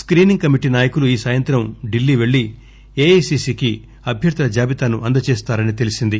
screening committee నాయకులు ఈ సాయంత్రం ఢిల్లీ వెళ్ళి ఎఐసిసి కి అభ్యర్దుల జాబితాను అందజేస్తారని తెలిసింది